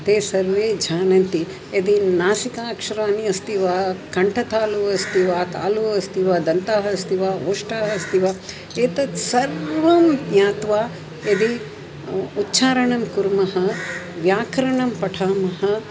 ते सर्वे जानन्ति यदि नासिका अक्षराणि अस्ति वा कण्ठतालुः अस्ति वा तालुः अस्ति वा दन्तः अस्ति वा ओष्ठः अस्ति वा एतत् सर्वं ज्ञात्वा यदि उच्चारणं कुर्मः व्याकरणं पठामः